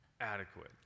adequate